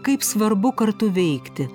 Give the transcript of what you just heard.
kaip svarbu kartu veikti